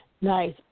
Nice